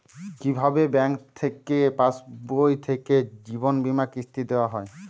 কি ভাবে ব্যাঙ্ক পাশবই থেকে জীবনবীমার কিস্তি দেওয়া হয়?